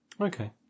Okay